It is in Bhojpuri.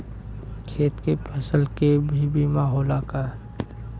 खेत के फसल के भी बीमा होला का?